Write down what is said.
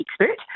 expert